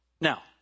Now